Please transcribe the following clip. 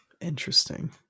Interesting